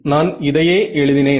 நான் இதையே எழுதினேன்